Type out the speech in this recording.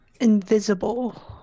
invisible